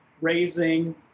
raising